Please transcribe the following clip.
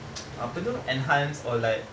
apa tu enhance or like